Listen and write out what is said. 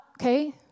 okay